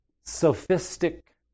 sophistic